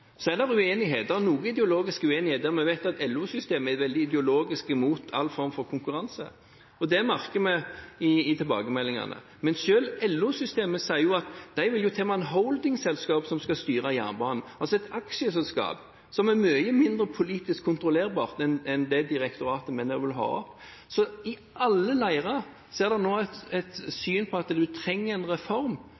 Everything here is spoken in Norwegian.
Så er det noe ideologisk uenighet. Vi vet at LO-systemet er veldig ideologisk imot all form for konkurranse. Det merker vi i tilbakemeldingene. Men selv LO-systemet sier jo at de til og med vil ha et holdingsselskap som skal styre jernbanen, altså et aksjeselskap, som er mye mindre politisk kontrollerbart enn det direktoratet vi vil ha. Så i alle leirer er det nå et syn at man trenger en reform,